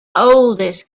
oldest